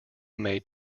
made